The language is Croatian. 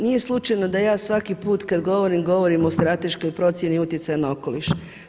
Nije slučajno da ja svaki put kad govorim govorim o strateškoj procjeni utjecaja na okoliš.